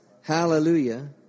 Hallelujah